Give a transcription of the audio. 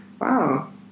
Wow